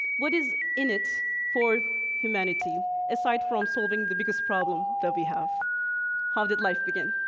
what is in it for humanity aside from solving the biggest problem that we have how did life begin?